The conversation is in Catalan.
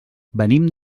venim